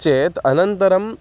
चेत् अनन्तरम्